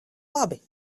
labi